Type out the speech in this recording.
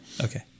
Okay